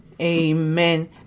Amen